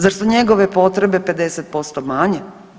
Zar su njegove potrebe 50% manje?